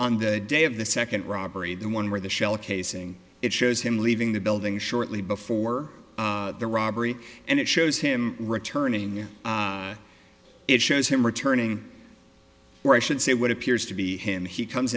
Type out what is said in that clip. on the day of the second robbery the one where the shell casing it shows him leaving the building shortly before the robbery and it shows him returning it shows him returning or i should say what appears to be him he comes